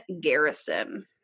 Garrison